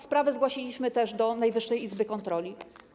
Sprawę zgłosiliśmy też do Najwyższej Izby Kontroli.